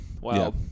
Wow